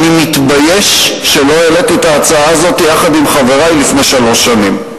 אני מתבייש שלא העליתי את ההצעה הזאת יחד עם חברי לפני שלוש שנים.